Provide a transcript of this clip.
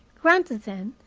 granted, then,